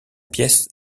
pièce